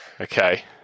Okay